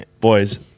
Boys